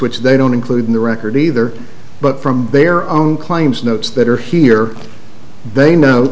which they don't include in the record either but from their own claims notes that are here they no